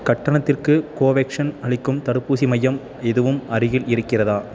கட்டணத்திற்கு கோவேக்சின் அளிக்கும் தடுப்பூசி மையம் எதுவும் அருகில் இருக்கிறதா